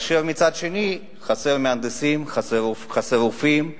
ומצד שני, חסרים מהנדסים, חסרים רופאים,